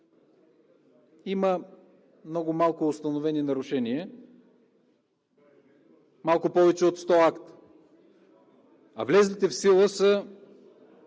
има много малко установени нарушения – малко повече от 100 акта, а влезлите в сила са